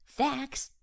Thanks